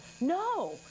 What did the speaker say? no